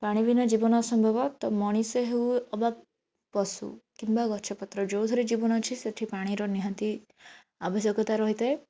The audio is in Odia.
ପାଣିବିନା ଜୀବନ ଅସମ୍ଭବ ତ ମଣିଷ ହେଉ ଅବା ପଶୁ କିମ୍ବା ଗଛପତ୍ର ଯେଉଁଥିରେ ଜୀବନ ଅଛି ସେଠି ପାଣିର ନିହାତି ଆବଶ୍ୟକତା ରହିଥାଏ